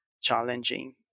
challenging